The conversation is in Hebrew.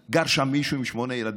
כשראיתי שבביתי גר סולימאן עם שמונת ילדיו,